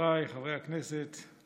חבריי חברי הכנסת,